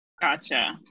Gotcha